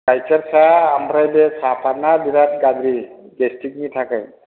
गाइखेर साहा ओमफ्राय बे साफादा बिराद गाज्रि गेस्टिकनि थाखाय